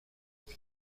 vous